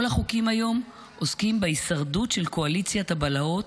כל החוקים היום עוסקים בהישרדות של קואליציית הבלהות,